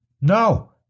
No